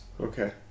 Okay